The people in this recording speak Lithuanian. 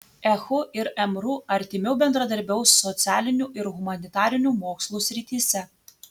ehu ir mru artimiau bendradarbiaus socialinių ir humanitarinių mokslų srityse